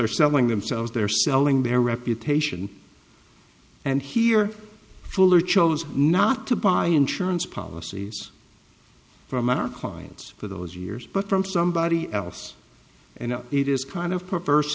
are selling themselves they're selling their reputation and here fuller chose not to buy insurance policies from our clients for those years but from somebody else and it is kind of perverse